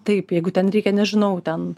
taip jeigu ten reikia nežinau ten